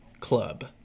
club